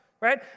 right